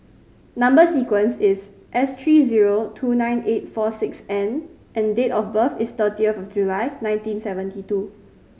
number sequence is S three zero two nine eight four six N and date of birth is thirtieth July nineteen seventy two